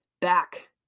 back